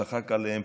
צחק עליהם,